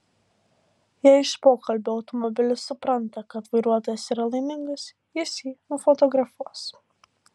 jei iš pokalbio automobilis supranta kad vairuotojas yra laimingas jis jį nufotografuos